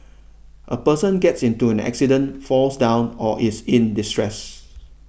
a person gets into an accident falls down or is in distress